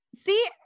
see